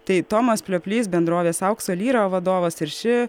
tai tomas plioplys bendrovės aukso lyrą vadovas ir ši